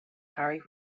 harry